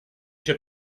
się